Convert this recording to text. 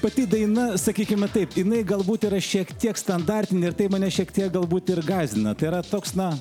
pati daina sakykime taip jinai galbūt yra šiek tiek standartinė ir tai mane šiek tiek galbūt ir gąsdina tai yra toks na